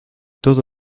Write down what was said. todo